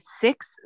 six